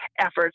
efforts